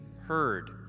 heard